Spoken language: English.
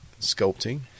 sculpting